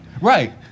Right